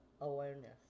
awareness